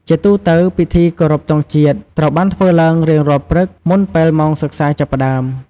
ជាទូទៅ ពិធីគោរពទង់ជាតិត្រូវបានធ្វើឡើងរៀងរាល់ព្រឹក មុនពេលម៉ោងសិក្សាចាប់ផ្តើម។